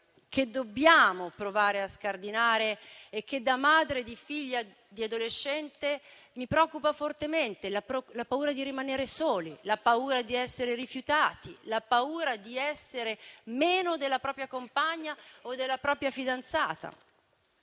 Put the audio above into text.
che dobbiamo provare a scardinare e che, da madre di figlia di adolescente, mi preoccupa fortemente; la paura di rimanere soli, la paura di essere rifiutati, la paura di essere meno della propria compagna o della propria fidanzata.